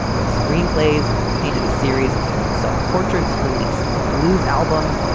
wrote screenplays, painted a series of daring self portraits, released a blues album.